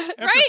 Right